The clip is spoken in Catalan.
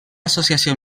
associació